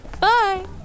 Bye